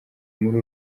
muri